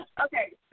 Okay